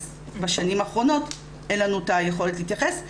אז בשנים האחרונות אין לנו את היכולת להתייחס,